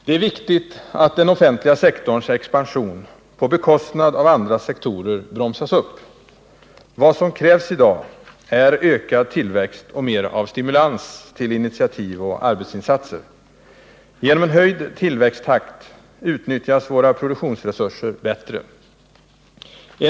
Det är viktigt att den offentliga sektorns expansion på bekostnad av andra sektorer bromsas upp. Vad som krävs i dag är ökad tillväxt och mer av stimulans till initiativ och arbetsinsatser. Genom en höjd tillväxttakt utnyttjas våra produktionsresurser bättre.